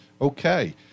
Okay